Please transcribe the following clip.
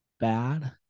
bad